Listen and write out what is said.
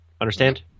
Understand